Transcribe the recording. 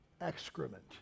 excrement